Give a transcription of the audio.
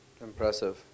impressive